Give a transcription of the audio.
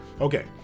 okay